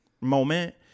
moment